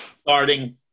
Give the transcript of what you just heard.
Starting